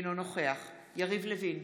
אינו נוכח יריב לוין,